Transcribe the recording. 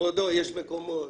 יש מקומות